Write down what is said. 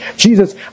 Jesus